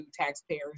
taxpayers